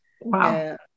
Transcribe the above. wow